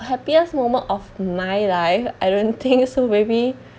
happiest moment of my life I don't think so maybe